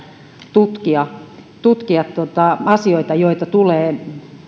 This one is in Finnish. tutkia tutkia asioita joita tulee